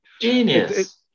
genius